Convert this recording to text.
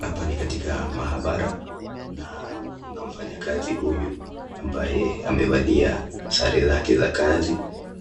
Hapa ni katika mahabara Kuna mfanyikazi huyu ambaye amefalia sare ya kazi